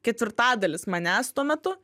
ketvirtadalis manęs tuo metu